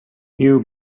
you